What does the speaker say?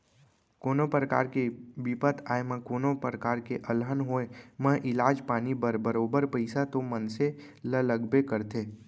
कोनो परकार के बिपत आए म कोनों प्रकार के अलहन होय म इलाज पानी बर बरोबर पइसा तो मनसे ल लगबे करथे